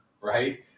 right